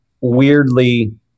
weirdly